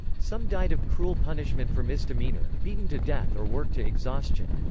some died of cruel punishment for misdemeanor, beaten to death or worked to exhaustion.